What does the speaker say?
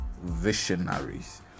visionaries